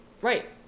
right